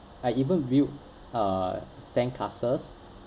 I even build uh sandcastles